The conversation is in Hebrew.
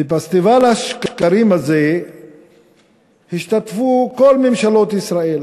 בפסטיבל השקרים הזה השתתפו כל ממשלות ישראל,